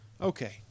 Okay